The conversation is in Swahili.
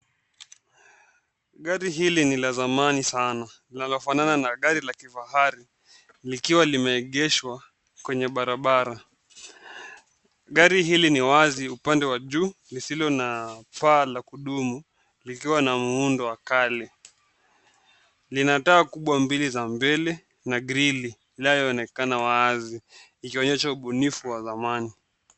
Gari hili ni la zamani sanaa, na linafanana na gari la kifahari likiwa limeegeshwa kwenye barabara. Gari hili ni wazi upande wa juu lisilo na paa la gudumu. Likiwa na muundo kali, linaraka kuangalia mbele na krili likiwa wazi likionyesha ubunifu wa dhamani.